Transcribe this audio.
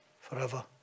forever